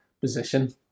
position